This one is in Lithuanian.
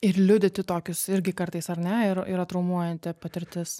ir liudyti tokius irgi kartais ar ne yra traumuojanti patirtis